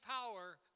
power